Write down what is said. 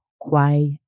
quiet